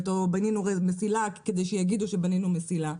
או בנינו מסילה כדי שיגידו שבנינו מסילה.